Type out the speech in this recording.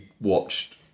watched